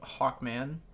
Hawkman